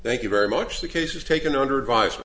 thank you very much the case was taken under advi